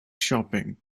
shopping